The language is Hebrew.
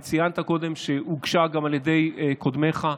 וציינת קודם גם שהוגשה על ידי קודמך,